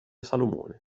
salomone